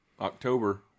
october